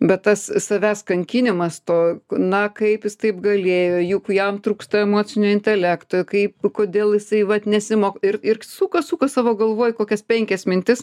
bet tas savęs kankinimas to na kaip jis taip galėjo juk jam trūksta emocinio intelekto kaip kodėl jisai vat nesimoko ir ir suka suka savo galvoj kokias penkias mintis